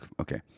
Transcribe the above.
okay